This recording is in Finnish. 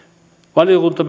valiokunta